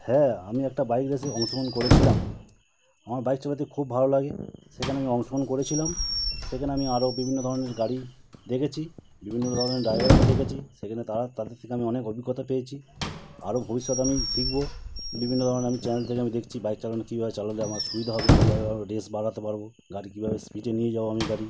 হ্যাঁ আমি একটা বাইক রেসে অংশগ্রহণ করেছিলাম আমার বাইক চালাতে খুব ভালো লাগে সেখানে আমি অংশগ্রহণ করেছিলাম সেখানে আমি আরো বিভিন্ন ধরনের গাড়ির দেখেছি বিভিন্ন ধরনের ড্রাইভার আমি দেখেছি সেখানে তারা তাদের থেকে আমি অনেক অভিজ্ঞতা পেয়েছি আরো ভবিষ্যতে আমি শিখবো বিভিন্ন ধরনের আমি চ্যানেল থেকে দেখছি বাইক চালানো কীভাবে চালালে আমার সুবিধা হবে কীভাবে আরো রেস বাড়াতে পারবো গাড়ি কীভাবে স্পিডে নিয়ে যাবো আমি গাড়ি